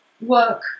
work